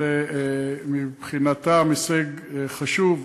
מבחינתם זה הישג חשוב.